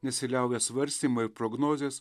nesiliauja svarstymai ir prognozės